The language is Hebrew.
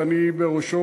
ואני בראשו,